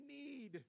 need